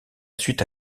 suite